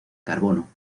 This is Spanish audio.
carbono